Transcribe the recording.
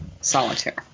solitaire